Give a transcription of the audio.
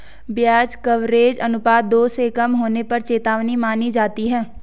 ब्याज कवरेज अनुपात दो से कम होने पर चेतावनी मानी जाती है